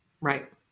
Right